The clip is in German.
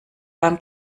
beim